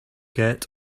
get